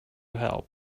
help